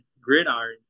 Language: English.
gridiron